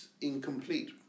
incomplete